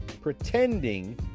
pretending